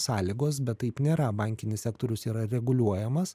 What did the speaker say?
sąlygos bet taip nėra bankinis sektorius yra reguliuojamas